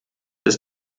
ist